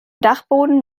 dachboden